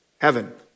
Heaven